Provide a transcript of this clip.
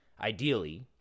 ideally